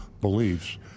beliefs